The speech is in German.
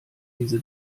diese